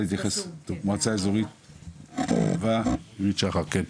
מועצה אזורית ערבה, עירית שחר כן.